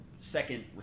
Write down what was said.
second